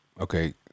okay